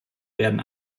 werden